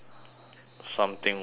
something warm ah